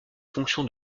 fonction